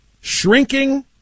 Shrinking